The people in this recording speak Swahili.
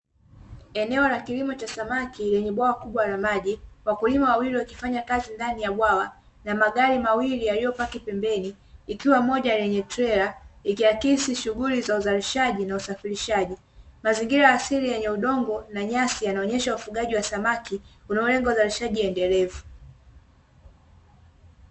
Eneo la kilimo cha samaki lenye bwawa kubwa la maji wakulima wawili wakifanya kazi ndani ya bwawa na magari mawili yaliopaki pembeni, ikiwa mmoja lenye trela ikiakisi shughuli za uzalishaji na usafirishaji. Mazingira ya asili yenye udongo na nyasi yanaonesha ufugaji wa samaki unaolenga uzalishaji endelevu.